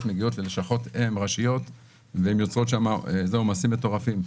מגיעות ללשכות-אם ראשיות ונוצרים שם עומסים מטורפים,